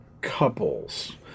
couples